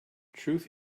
truth